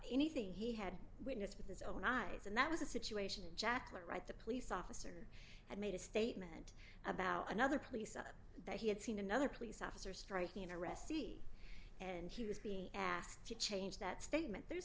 anything he had witnessed with his own eyes and that was a situation in jacqueline wright the police officer had made a statement about another police and that he had seen another police officer striking arrestee and he was being asked to change that statement there